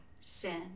sin